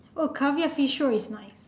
oh caviar fish roe is nice